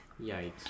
Yikes